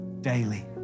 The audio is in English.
daily